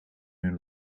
hun